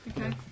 Okay